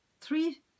three